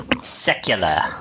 Secular